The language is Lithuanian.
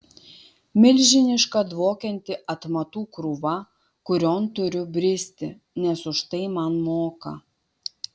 milžiniška dvokianti atmatų krūva kurion turiu bristi nes už tai man moka